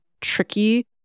tricky